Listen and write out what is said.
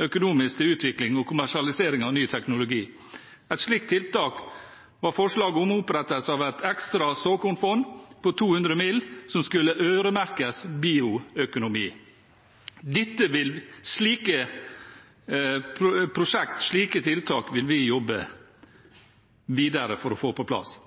økonomisk til utvikling og kommersialisering av ny teknologi. Et slikt tiltak var forslag om opprettelse av et ekstra såkornfond på 200 mill. kr, som skulle øremerkes bioøkonomi. Slike prosjekter, slike tiltak, vil vi jobbe videre med for å få på plass.